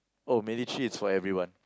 oh military is for everyone